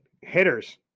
hitters